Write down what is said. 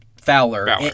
Fowler